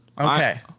Okay